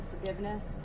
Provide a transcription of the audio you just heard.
forgiveness